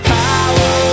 power